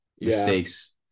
mistakes